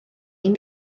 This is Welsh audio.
ein